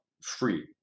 free